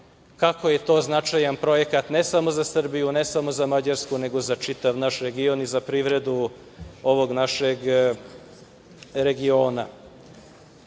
kako je to značajan projekat ne samo za Srbiju, ne samo za Mađarsku, nego za čitav naš region i za privredu ovog našeg regiona. Želeo